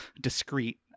discrete